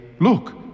Look